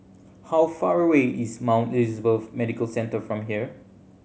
how far away is Mount Elizabeth Medical Centre from here